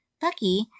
Bucky